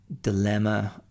dilemma